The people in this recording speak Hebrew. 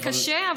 יהיה קשה,